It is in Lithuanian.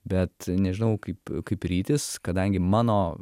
bet nežinau kaip kaip rytis kadangi mano